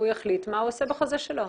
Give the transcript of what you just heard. הוא יחליט מה הוא עושה בחוזה שלו.